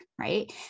right